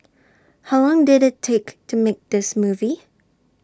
how long did IT take to make this movie